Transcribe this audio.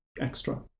extra